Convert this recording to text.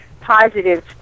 positive